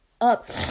up